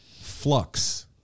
Flux